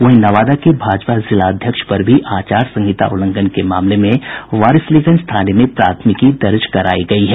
वहीं नवादा के भाजपा जिला अध्यक्ष पर भी आचार संहिता उल्लंघन के मामले में वारिसलीगंज थाने में प्राथमिकी दर्ज करायी गयी है